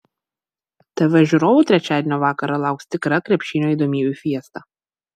tv žiūrovų trečiadienio vakarą lauks tikra krepšinio įdomybių fiesta